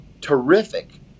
terrific